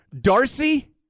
darcy